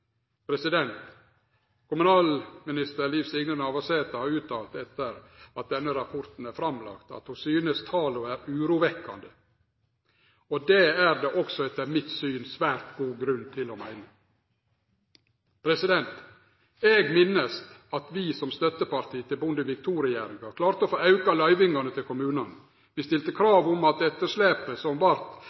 Kommunalminister Liv Signe Navarsete har uttalt, etter at denne rapporten er framlagd, at ho synest tala er urovekkjande, og det er det også etter mitt syn svært god grunn til å meine. Eg minnest at vi som støtteparti til Bondevik II-regjeringa klarte å få auka løyvingane til kommunane. Vi stilte krav om at etterslepet – som vart